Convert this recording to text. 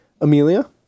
Amelia